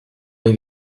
les